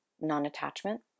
non-attachment